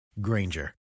Granger